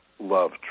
love